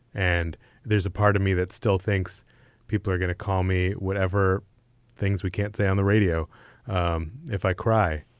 and there's a part of me that still thinks people are going to call me whatever things we can't say on the radio um if i cry,